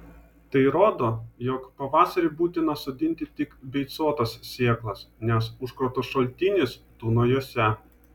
tai rodo jog pavasarį būtina sodinti tik beicuotas sėklas nes užkrato šaltinis tūno jose